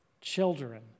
children